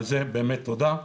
על זה באמת תודה.